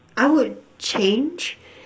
I would change